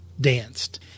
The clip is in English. danced